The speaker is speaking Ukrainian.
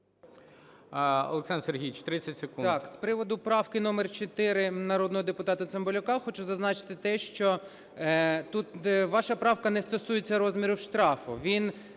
Олександр Сергійович, 30 секунд. 11:09:12 БАКУМОВ О.С. Так. З приводу правки номер 4 народного депутата Цимбалюка, хочу зазначити те, що тут ваша правка не стосується розміру штрафу,